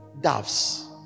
doves